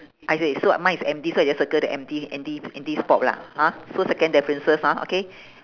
okay so mine is empty so I just circle the empty empty empty spot lah hor so second differences hor okay